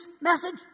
message